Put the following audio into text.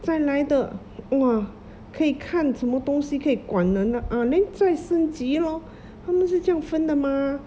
再来的 !wah! 可以看什么东西可以管人的 ah then 再升级 lor 他们是这样分的 mah